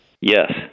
Yes